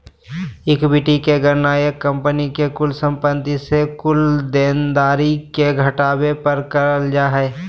equity के गणना एक कंपनी के कुल संपत्ति से कुल देनदारी के घटावे पर करल जा हय